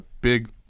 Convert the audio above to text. big